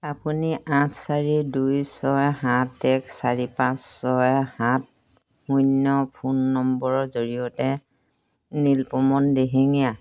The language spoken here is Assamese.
আপুনি আঠ চাৰি দুই ছয় সাত এক চাৰি পাঁচ ছয় সাত শূন্য ফোন নম্বৰৰ জৰিয়তে নীলপৱন দিহিঙীয়া